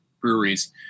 breweries